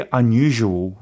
unusual